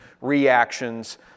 reactions